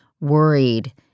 worried